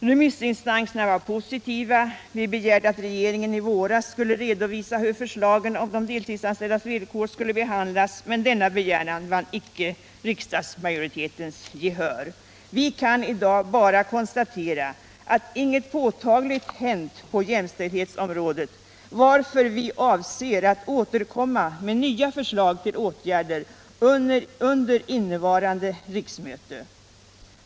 Remissinstanserna var positiva. Vi begärde att regeringen i våras skulle redovisa hur förslagen om de deltidsanställdas villkor skulle behandlas, men denna begäran vann icke riksdagsmajoritetens gehör. Vi kan i dag bara konstatera att inget påtagligt hänt på jämställdhetsområdet, varför vi avser att återkomma med nya förslag till åtgärder under innevarande riksmöte.